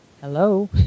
hello